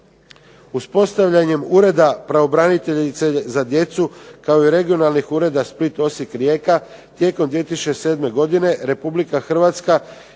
Uspostavljanjem Ureda pravobraniteljice za djecu kao i regionalnih ureda Split, Osijek i Rijeka, tijekom 2007. godine Republika Hrvatska